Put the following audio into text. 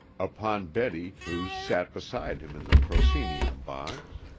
upon betty who sat beside him in the proscenium box.